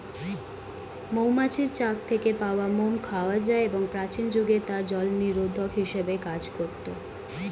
মৌমাছির চাক থেকে পাওয়া মোম খাওয়া যায় এবং প্রাচীন যুগে তা জলনিরোধক হিসেবে কাজ করত